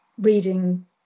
reading